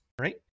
right